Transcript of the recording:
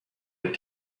with